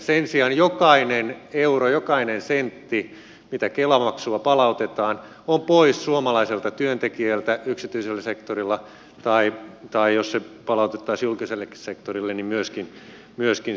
sen sijaan jokainen euro jokainen sentti mitä kela maksua palautetaan on pois suomalaiselta työntekijältä yksityisellä sektorilla tai jos se palautettaisiin julkisellekin sektorille myöskin sieltä